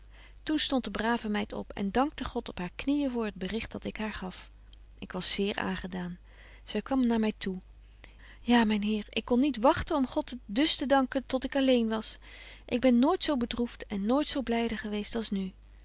stondt de brave meid op en dankte god op haar kniën voor het bericht dat ik haar gaf ik was zeer aangedaan zy kwam naar my toe ja myn heer ik kon niet wagten om god dus te danken tot ik alleen was ik ben nooit zo bedroeft en nooit zo blyde geweest als nu